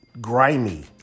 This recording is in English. grimy